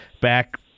back